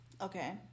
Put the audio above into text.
Okay